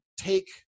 take